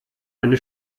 eine